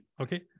okay